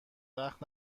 وقت